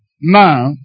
now